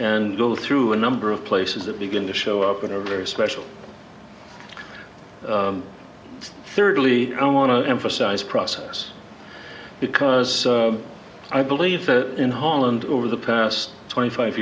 and go through a number of places that begin to show up in a very special thirdly i want to emphasize process because i believe in holland over the past twenty five